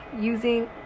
using